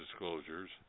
disclosures